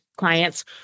clients